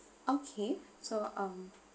okay so um